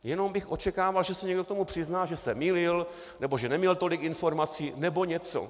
Jenom bych očekával, že se někdo k tomu přizná, že se mýlil nebo že neměl tolik informací nebo něco.